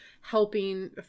helping